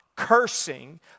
cursing